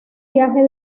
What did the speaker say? viaje